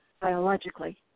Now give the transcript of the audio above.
biologically